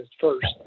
first